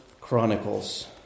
Chronicles